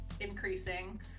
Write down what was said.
increasing